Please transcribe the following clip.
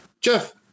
Jeff